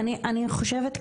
אני חושבת,